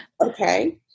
okay